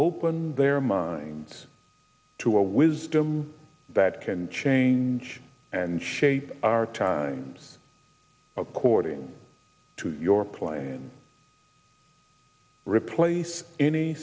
open their mind to a wisdom that can change and shape our times according to your plan replace any